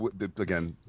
again